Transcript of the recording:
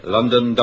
London